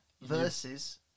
versus